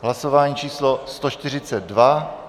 Hlasování číslo 142.